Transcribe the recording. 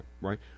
right